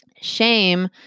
Shame